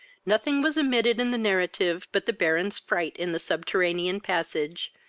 nothing was omitted in the narrative but the baron's fright in the subterranean passage,